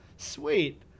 Sweet